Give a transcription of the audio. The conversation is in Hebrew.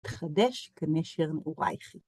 תחדש כנשר נעורייך.